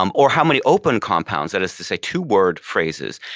um or how many open-compounds, that is to say, two-word phrases,